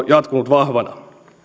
jatkunut vahvana